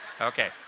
Okay